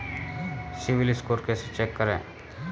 CIBIL score कैसे check करें?